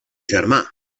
germà